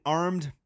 armed